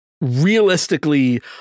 realistically